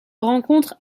rencontre